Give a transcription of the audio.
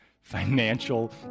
financial